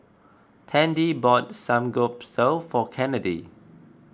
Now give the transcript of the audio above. Tandy bought Samgyeopsal for Kennedy